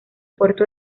puerto